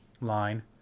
line